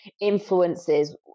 influences